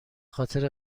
خاطر